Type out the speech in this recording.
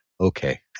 Okay